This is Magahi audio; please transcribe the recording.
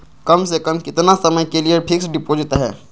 कम से कम कितना समय के लिए फिक्स डिपोजिट है?